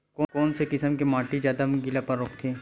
कोन से किसम के माटी ज्यादा गीलापन रोकथे?